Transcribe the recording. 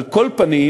על כל פנים,